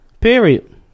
Period